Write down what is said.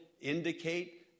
indicate